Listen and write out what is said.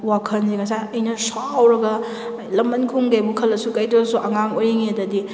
ꯋꯥꯈꯜꯁꯦ ꯉꯁꯥꯏ ꯑꯩꯅ ꯁꯥꯎꯔꯒ ꯂꯝꯃꯟ ꯈꯨꯝꯒꯦꯕꯨ ꯈꯜꯂꯁꯨ ꯀꯩꯗꯧꯔꯁꯨ ꯑꯉꯥꯡ ꯑꯣꯏꯔꯤꯉꯩꯗꯗꯤ